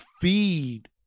feed